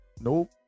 Nope